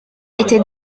été